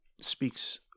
speaks